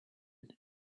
and